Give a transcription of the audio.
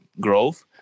growth